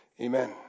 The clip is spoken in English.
Amen